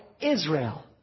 Israel